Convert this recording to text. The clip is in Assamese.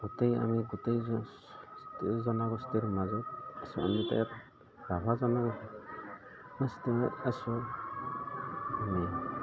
গোটেই আমি গোটেই জনগোষ্ঠীৰ মাজত আছোঁ আমি ইয়াত ৰাভা জনগোষ্ঠীৰ আছোঁ আমি